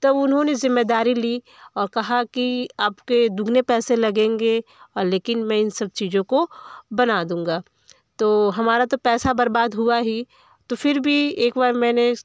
तब उन्होंने ज़िम्मेदारी ली और कहा कि आपके दूगुने पैसे लगेंगे लेकिन मैं इन सब चीज़ों को बना दूँगा तो हमारा तो पैसा बर्बाद हुआ ही तो फिर भी एक बार मैंने